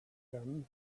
them